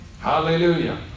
hallelujah